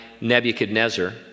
Nebuchadnezzar